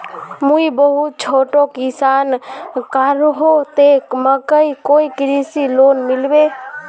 मुई बहुत छोटो किसान करोही ते मकईर कोई कृषि लोन मिलबे?